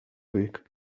week